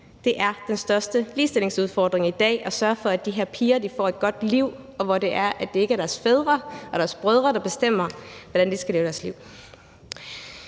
det er den største ligestillingsudfordring i dag at sørge for, at de her piger får et godt liv, og at det ikke er deres fædre og deres brødre, der bestemmer, hvordan de skal leve deres liv.